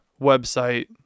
website